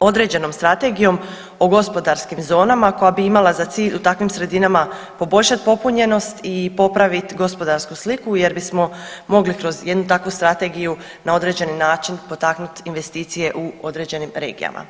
određenom strategijom o gospodarskim zonama koja bi imala za cilj u takvim sredinama poboljšati popunjenost i popravit gospodarsku sliku jer bismo mogli kroz jednu takvu strategiju na određeni način potaknut investicije u određenim regijama.